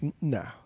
No